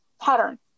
pattern